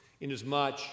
Inasmuch